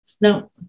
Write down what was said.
no